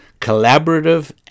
collaborative